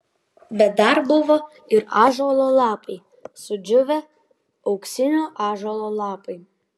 bet dar buvo ir ąžuolo lapai sudžiūvę auksinio ąžuolo lapai